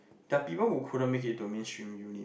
they are people who couldn't make it to a mainstream uni